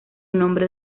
nombre